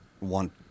want